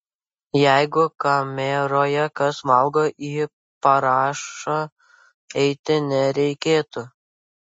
jeigu kameroje kas valgo į parašą eiti nereikėtų